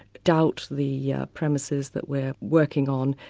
doubt the yeah premises that we're working on,